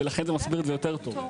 ולכן זה מסביר את זה יותר טוב.